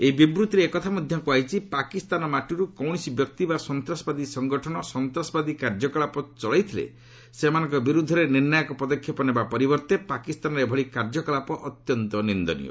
ଏହି ବିବୂଭିରେ ଏକଥା ମଧ୍ୟ କୁହାଯାଇଛି ପାକିସ୍ତାନ ମାଟିରୁ କୌଣସି ବ୍ୟକ୍ତି ବା ସନ୍ତାସବାଦୀ ସଙ୍ଗଠନ ସନ୍ତାସବାଦୀ କାର୍ଯ୍ୟକଳାପ ଚଳାଇଥିଲେ ସେମାନଙ୍କ ବିରୁଦ୍ଧରେ ନିର୍ଣ୍ଣାୟକ ପଦକ୍ଷେପ ନେବା ପରିବର୍ତ୍ତେ ପାକିସ୍ତାନର ଏଭଳି କାର୍ଯ୍ୟକଳାପ ଅତ୍ୟନ୍ତ ନିନ୍ଦନୀୟ